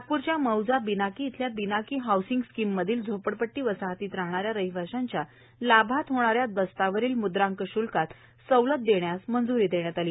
नागप्रच्या मौजा बिनाकी इथल्या बिनाकी हाऊसिंग स्कीममधील झोपडपट्पी वसाहतीमध्ये राहणाऱ्या रहिवाशांच्या लाभात होणाऱ्या दस्तावरील मुद्रांक श्ल्कात सवलत देण्यास मंज्री देण्यात आली